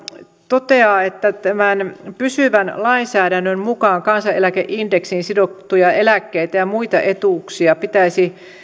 toteaa että tämän pysyvän lainsäädännön mukaan kansaneläkeindeksiin sidottuja eläkkeitä ja muita etuuksia pitäisi